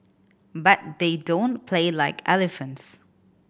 but they don't play like elephants